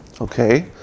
Okay